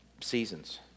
seasons